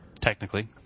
Technically